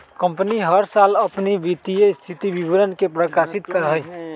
company हर साल अपन वित्तीय स्थिति विवरण के प्रकाशित करा हई